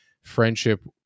friendship